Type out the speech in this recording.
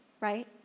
Right